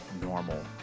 normal